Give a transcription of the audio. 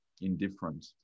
indifferent